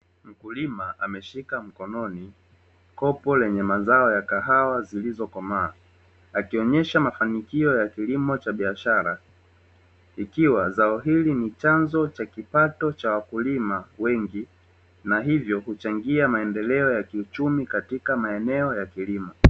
Mkulima ameshika mkononi kopo lenye mazao ya kahawa zilizokomaa, akionyesha mafanikio ya kilimo cha biashara; ikiwa zao hili ni chanzo cha kipato cha wakulima wengi na hivyo kuchangia maendeleo ya kiuchumi katika maeneo ya kilimo.